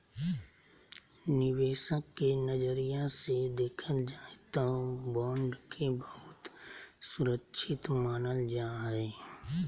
निवेशक के नजरिया से देखल जाय तौ बॉन्ड के बहुत सुरक्षित मानल जा हइ